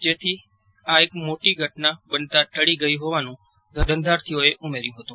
તેથી આ એક મોટી ઘટના બનતાં ટળી ગઇ હોવાનું ધંધાર્થીઓએ જણાવ્યું હતું